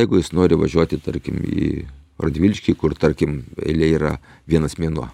jeigu jis nori važiuoti tarkim į radviliškį kur tarkim eilė yra vienas mėnuo